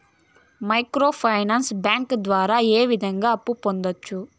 micro finance bank ద్వారా ఏ విధంగా అప్పు పొందొచ్చు